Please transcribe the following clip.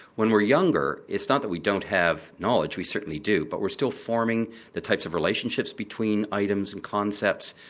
when we're younger it's not that we don't have knowledge, we certainly do, but we're still forming the types of relationships between items and concepts,